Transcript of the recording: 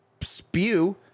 spew